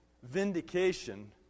vindication